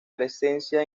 presencia